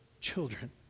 children